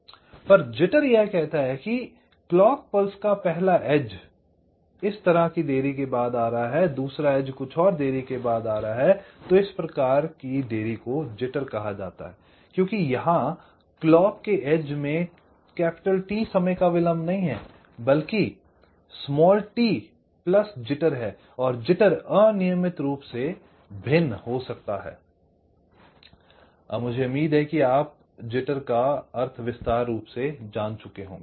लेकिन जिटर यह कहता है कि क्लॉक पल्स का पहला एज किनारा इस तरह की देरी के बाद आ रहा है दूसरा एज किनारा कुछ और देरी के बाद आ रहा है तो इस प्रकार की देरी को जिटर कहा जाता है I क्योंकि यहां क्लॉक के एज किनारो में T समय का विलम्भ नहीं है बल्कि t जिटर है और जिटर अनियमित रूप से भिन्न हो सकता है I मुझे उम्मीद है कि अब आप जिटर का अर्थ विस्तार रूप से जान चुके होंगे